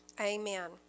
Amen